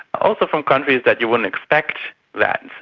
also from countries that you wouldn't expect that.